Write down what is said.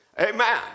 Amen